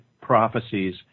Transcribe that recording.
prophecies